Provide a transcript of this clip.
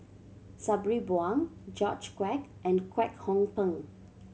Sabri Buang George Quek and Kwek Hong Png